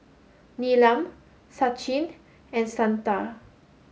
Neelam Sachin and Santha